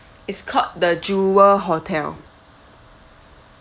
it's called the jewel hotel